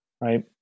right